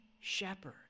shepherd